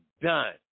done